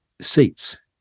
seats